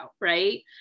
right